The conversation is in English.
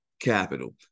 Capital